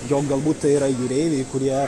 jog galbūt tai yra jūreiviai kurie